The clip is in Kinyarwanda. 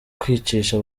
kwicisha